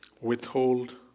withhold